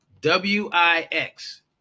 W-I-X